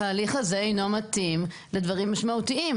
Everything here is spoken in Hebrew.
שההליך הזה אינו מתאים לדברים משמעותיים.